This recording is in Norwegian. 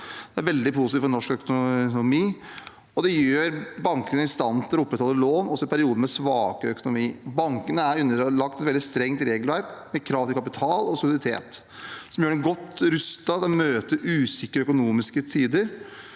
Det er veldig positivt for norsk økonomi, og det gjør bankene i stand til å opprettholde lån også i perioder med svakere økonomi. Bankene er underlagt et veldig strengt regelverk med krav til kapital og soliditet, som gjør dem godt rustet til å møte usikre økonomiske tider.